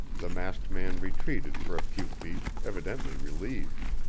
the masked man retreated for a few feet, evidently relieved.